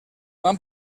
van